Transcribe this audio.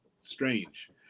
Strange